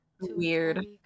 weird